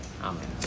Amen